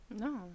No